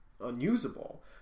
unusable